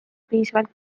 piisavalt